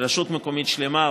כשרשות מקומית שלמה,